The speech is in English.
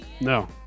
No